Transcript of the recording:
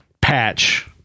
patch